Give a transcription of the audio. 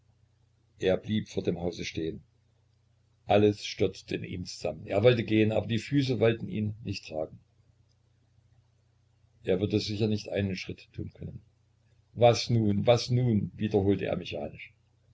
er blieb vor dem hause stehen alles stürzte in ihm zusammen er wollte gehen aber die füße wollten ihn nicht tragen er würde sicher nicht einen schritt tun können was nun was nun wiederholte er